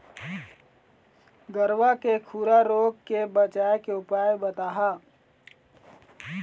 गरवा के खुरा रोग के बचाए के उपाय बताहा?